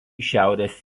šiaurės